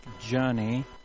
journey